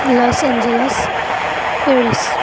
loss angles Paris